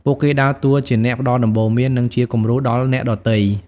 ពួកគេដើរតួជាអ្នកផ្តល់ដំបូន្មាន និងជាគំរូដល់អ្នកដទៃ។